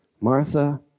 Martha